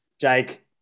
Jake